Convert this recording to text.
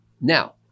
Now